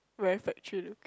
very fat chill look